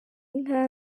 inka